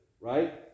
right